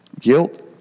guilt